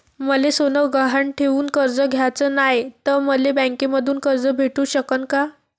मले सोनं गहान ठेवून कर्ज घ्याचं नाय, त मले बँकेमधून कर्ज भेटू शकन का?